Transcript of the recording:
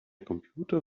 computer